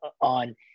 on